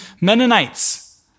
Mennonites